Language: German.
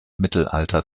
mittelalter